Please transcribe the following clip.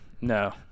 No